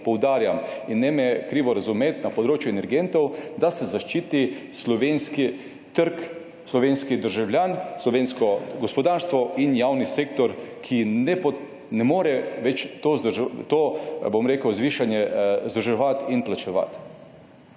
ne me krivo razumeti, na področju energentov, da se zaščiti slovenski trg, slovenski državljan, slovensko gospodarstvo in javni sektor, ki ne more več tega zvišanja vzdrževati in plačevati.